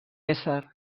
ésser